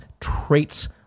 traits